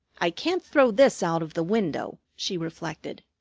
i can't throw this out of the window, she reflected.